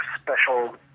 special